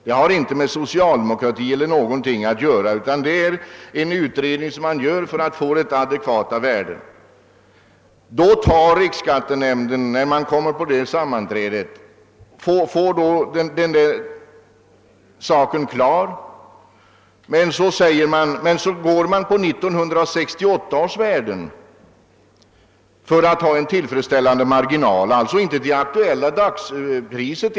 Detta har inte med socialdemokrati att göra, utan det rör sig om en utredning för att få fram adekvata värden. Vid det av riksskattenämnden anordnade sammanträdet fastställdes den genomsnittliga taxeringsnivån, men detta skedde på basis av 1968 års saluvärden för att det skulle bli en tillfredsställande marginal. Man utgick alltså inte ens från det aktuella dagspriset.